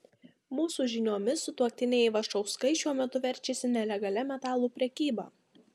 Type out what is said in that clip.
mūsų žiniomis sutuoktiniai ivašauskai šiuo metu verčiasi nelegalia metalų prekyba